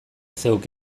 zeuk